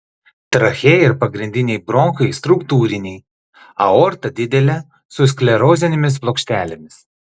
trachėja ir pagrindiniai bronchai struktūriniai aorta didelė su sklerozinėmis plokštelėmis